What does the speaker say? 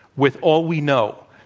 with all we know,